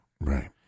Right